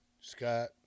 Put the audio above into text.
Scott